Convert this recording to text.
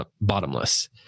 bottomless